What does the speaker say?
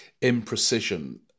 imprecision